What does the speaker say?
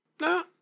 No